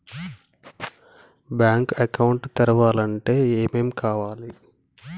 Bank account తెరవాలంటే ఏమేం కావాలి?